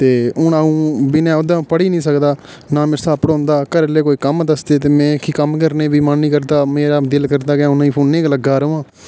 ते हून अ'ऊं बिना ओह्दे अ'ऊं पढ़ी निं सकदा ना मेरे शा पढोंदा घरै आह्ले कोई कम्म दसदे ते में कम्म करने बी मन निं करदा मेरा दिल करदा की हून अ'ऊं फोनै ई गै लग्गा रोआं ते